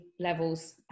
levels